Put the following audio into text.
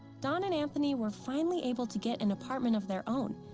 dawn and anthony were finally able to get an apartment of their own.